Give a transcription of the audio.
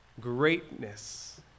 greatness